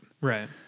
Right